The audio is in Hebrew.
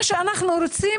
מה שאנחנו רוצים